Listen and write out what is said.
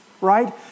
right